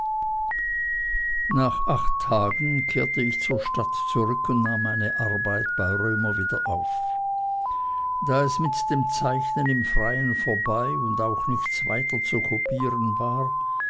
nach acht tagen kehrte ich zur stadt zurück und nahm meine arbeit bei römer wieder auf da es mit dem zeichnen im freien vorbei und auch nichts weiter zu kopieren war